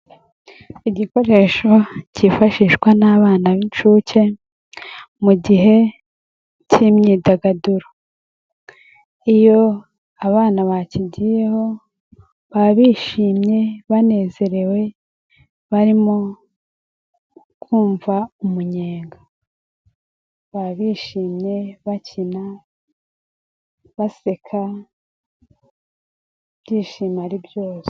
Igikoresho cyifashishwa n'abana b'incuke mu gihe cy'imyidagaduro, iyo abana bakigiyeho baba bishimye banezerewe barimo kumva umunyenga; baba bishimye, bakina, baseka, ibyishimo ari byose.